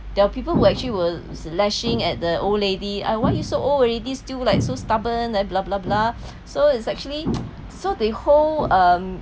there are people who actually were s~ lashing at the old lady ah why you so old already still like so stubborn then blah blah blah so it's actually so the whole um